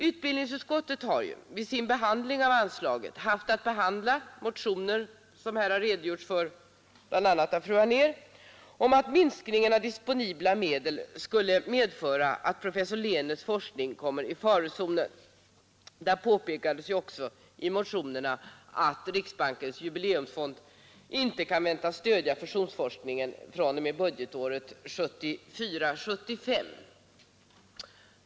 Utbildningsutskottet har vid sin behandling av anslaget haft att ta ställning till motioner som bl.a. fru Anér här redogjort för och vari det framhålles att minskningen av disponibla medel skulle medföra att professor Lehnerts forskning kommer i farozonen. Bägge motionerna påpekar särskilt att riksbankens jubileumsfond icke kan väntas stödja fusionsforskningen fr.o.m. budgetåret 1974/75.